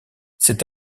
c’est